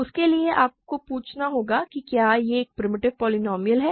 उसके लिए आपको यह पूछना होगा कि क्या यह एक प्रिमिटिव पोलीनोमिअल है